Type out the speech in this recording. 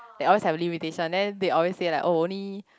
they always have limitation then they always say like oh only